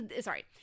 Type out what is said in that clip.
Sorry